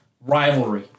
rivalry